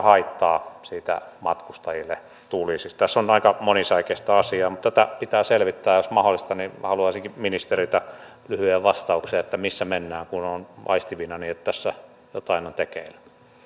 haittaa siitä matkustajille tulisi tässä on aika monisäikeistä asiaa mutta tätä pitää selvittää ja jos mahdollista haluaisinkin ministeriltä lyhyen vastauksen että missä mennään kun olen aistivinani että tässä jotain on tekeillä